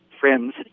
friends